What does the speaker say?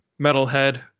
metalhead